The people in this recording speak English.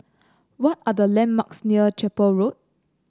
what are the landmarks near Chapel Road